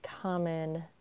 common